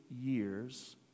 years